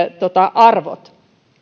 arvot